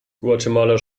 guatemala